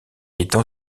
étend